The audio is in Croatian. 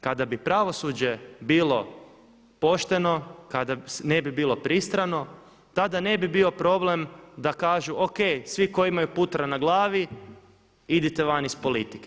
Kada bi pravosuđe bilo pošteno, kada ne bi bilo pristrano, tada ne bi bio problem da kažu, ok, svi koji imaju putra na glavi idite van iz politike.